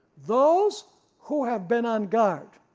those who have been on guard,